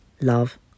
Love